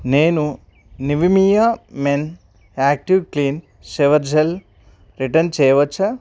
నేను Nivea men active clean shower gel return చేయవచ్చా